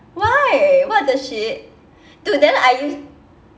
why what the shit dude then are you